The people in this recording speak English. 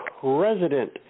president